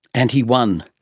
and he won.